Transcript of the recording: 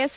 S